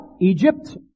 Egypt